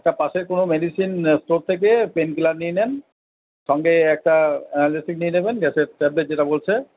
একটা পাশের কোনো মেডিসিন স্টোর থেকে পেইনকিলার নিয়ে নেন সঙ্গে একটা অ্যান্টাসিড নিয়ে নেবেন যাতে ট্যাবলেট যেটা বলছে